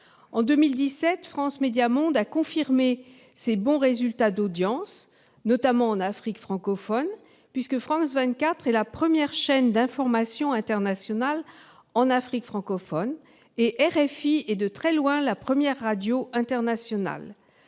En 2017, France Médias Monde a confirmé ses bons résultats d'audience, notamment en Afrique francophone où France 24 est la première chaîne d'information internationale et RFI, de très loin, la première radio internationale.